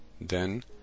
Then